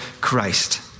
Christ